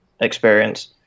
experience